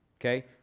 okay